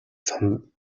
зам